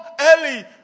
early